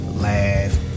Laugh